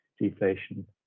deflation